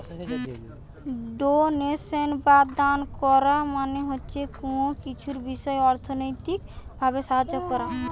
donation বা দান কোরা মানে হচ্ছে কুনো কিছুর বিষয় অর্থনৈতিক ভাবে সাহায্য কোরা